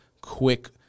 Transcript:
quick